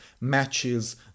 matches